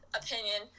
opinion